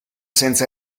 senza